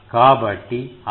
కాబట్టి అది 4